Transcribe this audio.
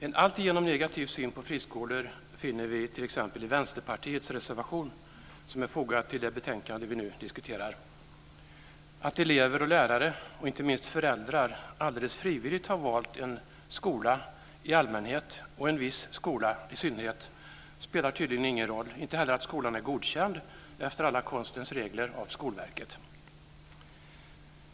En alltigenom negativ syn på friskolor finner vi t.ex. i Vänsterpartiets reservation som finns i det betänkande som vi nu diskuterar. Att elever och lärare och inte minst föräldrar alldeles frivilligt har valt en skola i allmänhet och en viss skola i synnerhet spelar tydligen ingen roll, inte heller att skolan är godkänd efter alla konstens regler av Skolverket.